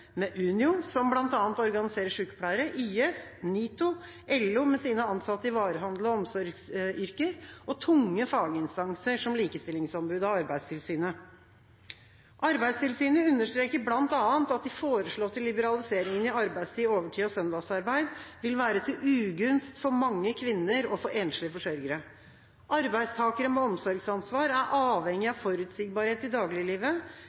med Unio, som bl.a. organiserer sykepleiere, YS, NITO, LO, med sine ansatte i varehandel og omsorgsyrker, og tunge faginstanser som Likestillings- og diskrimineringsombudet og Arbeidstilsynet. Arbeidstilsynet understreker bl.a. at de foreslåtte liberaliseringene i arbeidstid, overtid og søndagsarbeid vil være til ugunst for mange kvinner og for enslige forsørgere. Arbeidstakere med omsorgsansvar er avhengige av forutsigbarhet i dagliglivet,